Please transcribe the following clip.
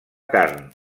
carn